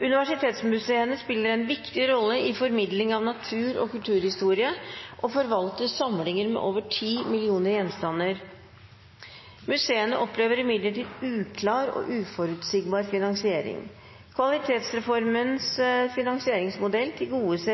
Universitetsmuseene spiller en sentral rolle i formidling av både natur- og kulturhistorie og forvalter samlinger med over ti millioner gjenstander. Museene står overfor mange utfordringer og forventninger både fra samfunnet, fra forskningsmiljøer og akademia, samtidig som de i mange år har